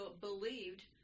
believed